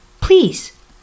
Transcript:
please